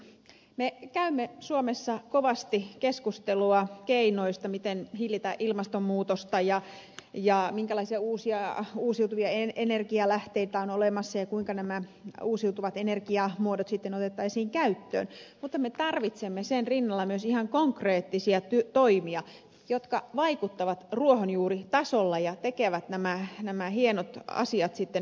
me käymme suomessa kovasti keskustelua keinoista miten hillitä ilmastonmuutosta ja minkälaisia uusiutuvia energialähteitä on olemassa ja kuinka nämä uusiutuvat energiamuodot sitten otettaisiin käyttöön mutta me tarvitsemme sen rinnalla myös ihan konkreettisia toimia jotka vaikuttavat ruohonjuuritasolla ja tekevät nämä hienot asiat sitten mahdollisiksi